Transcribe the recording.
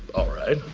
all right.